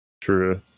True